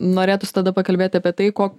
norėtųs tada pakalbėti apie tai ko